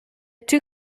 two